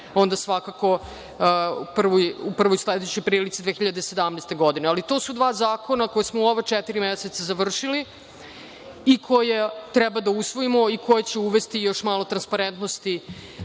onda svakako u prvoj sledećoj prilici 2017. godine. To su dva zakona koja smo u ova četiri meseca završili i koja treba da usvojimo i koji će uvesti još malo transparentnosti